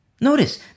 Notice